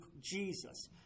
Jesus